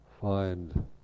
find